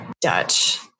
Dutch